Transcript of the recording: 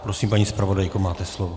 Prosím, paní zpravodajko, máte slovo.